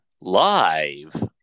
live